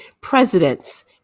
presidents